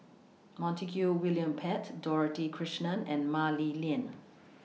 Montague William Pett Dorothy Krishnan and Mah Li Lian